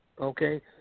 Okay